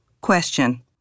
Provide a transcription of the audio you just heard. Question